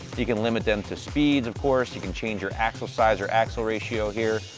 you can limit them to speeds, of course. you can change your axle size, your axle ratio here.